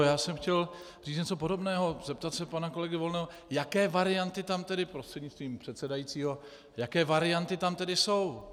Já jsem chtěl říci něco podobného, zeptat se pana kolegy Volného, jaké varianty tam tedy prostřednictvím předsedajícího jaké varianty tam tedy jsou.